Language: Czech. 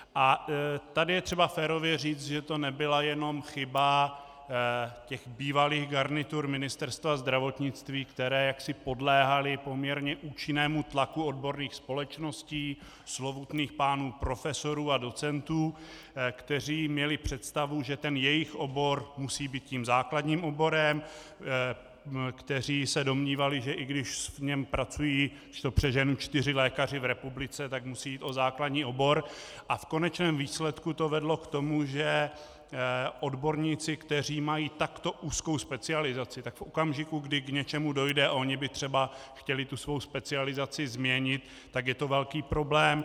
A tady je třeba férově říct, že to nebyla jenom chyba bývalých garnitur Ministerstva zdravotnictví, které jaksi podléhaly poměrně účinnému tlaku odborných společností, slovutných pánů profesorů a docentů, kteří měli představu, že jejich obor musí být tím základním oborem, kteří se domnívali, že i když v něm pracují, když to přeženu, čtyři lékaři v republice, tak musí jít o základní obor, a v konečném výsledku to vedlo k tomu, že odborníci, kteří mají takto úzkou specializaci, tak v okamžiku, kdy k něčemu dojde a oni by třeba chtěli svou specializaci změnit, tak je to velký problém.